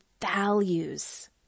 values